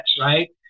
right